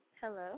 Hello